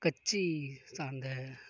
கட்சி சார்ந்த